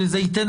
נתונים